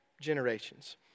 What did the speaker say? generations